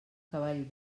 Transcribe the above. cavall